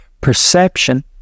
perception